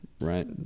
Right